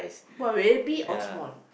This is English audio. but very big or small